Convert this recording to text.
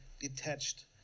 detached